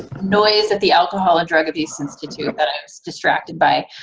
ah noise at the alcohol and drug abuse institute that i'm distracted by.